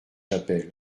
chapelle